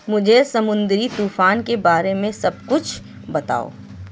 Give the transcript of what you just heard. مجھے سمندری طوفان کے بارے میں سب کچھ بتاؤ